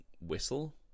Whistle